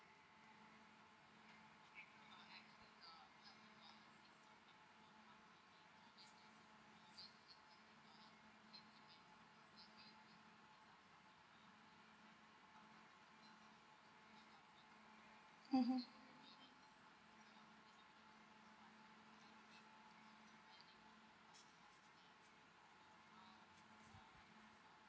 (uh huh)